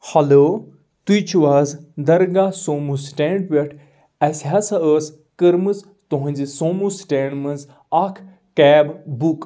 hello تُہۍ چھِو حظ درگاہ سومو سٹینڈ پٮ۪ٹھ اسہِ ہسا ٲس کٔرمٕژ تہنٛزِ سومو سٹینڈ منٛز اکھ کیب بُک